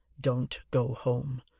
don't-go-home